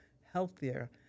healthier